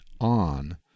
on